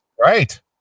Right